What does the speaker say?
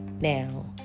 Now